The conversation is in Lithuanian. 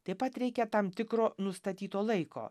taip pat reikia tam tikro nustatyto laiko